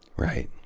right.